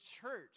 church